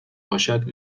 باشد